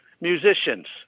musicians